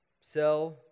Sell